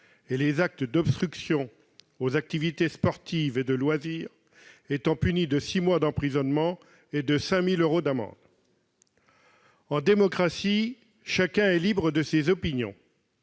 que les actes d'obstruction aux activités sportives et de loisirs sont punis de six mois d'emprisonnement et de 5 000 euros d'amende. En démocratie, chacun est libre de ses opinions,